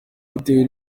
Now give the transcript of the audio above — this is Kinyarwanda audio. bitewe